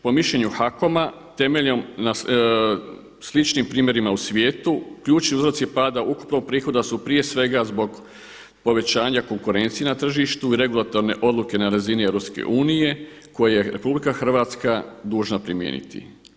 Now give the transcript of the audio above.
Po mišljenju HAKOM-a temeljem sličnim primjerima u svijetu ključni uzroci pada ukupnog prihoda su prije svega zbog povećanja konkurencije na tržištu, regulatorne odluke na razini EU koje je RH dužna primijeniti.